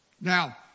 Now